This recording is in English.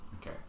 Okay